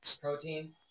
proteins